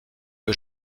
que